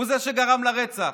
הוא זה שגרם לרצח.